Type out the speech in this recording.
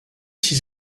six